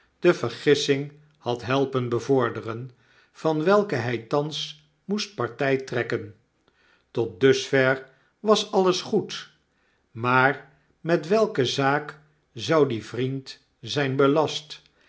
de vergissing had helpen bevorderen van welke hij thans moest partij trekken tot dusver was alles goed maar met welke zaak zou die vriend zijn belast